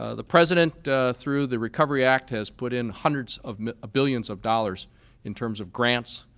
ah the president through the recovery act has put in hundreds of billions of dollars in terms of grants,